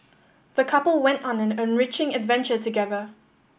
the couple went on an enriching adventure together